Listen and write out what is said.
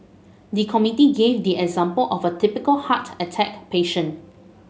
the committee gave the example of a typical heart attack patient